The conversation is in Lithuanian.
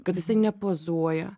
kad nepozuoja